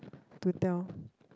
to tell